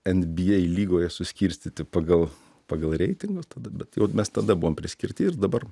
nba lygoje suskirstyti pagal pagal reitingus tada bet jau mes tada buvom priskirti ir dabar